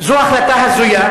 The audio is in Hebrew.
זו החלטה הזויה,